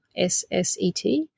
SSET